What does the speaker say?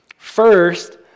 First